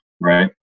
right